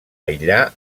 aïllar